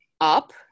up